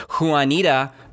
Juanita